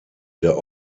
der